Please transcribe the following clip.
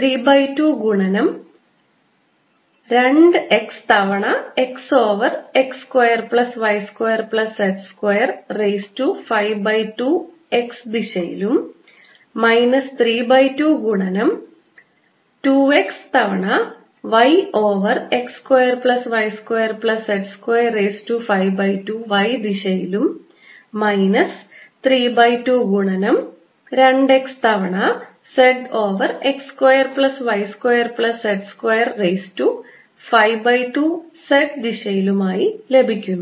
3 2 ഗുണനം 2 x തവണ x over x square plus y square plus z square raise to 5 2 x ദിശയിലും minus 32 ഗുണനം 2 x തവണ y over x square plus y square plus z square raise to 5 2 y ദിശയിലും minus 32 ഗുണനം 2 x തവണ z over x square plus y square plus z square raise to 5 2 z ദിശയിലും ആയി ലഭിക്കുന്നു